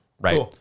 right